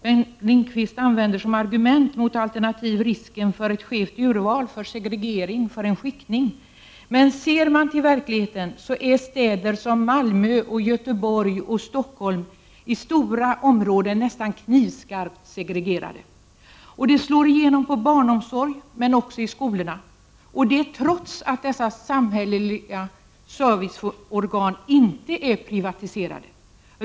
Som argument mot alternativ anför Bengt Lindqvist risken för ett skevt urval, för segregering, för en skiktning. Men ser man till verkligheten, så finner man att i städer som Malmö, Göteborg och Stockholm är stora områden nästan knivskarpt segregerade. Det slår igenom i barnomsorg och också i skolorna, och det trots att dessa samhälleliga serviceorgan inte är privatiserade.